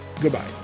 Goodbye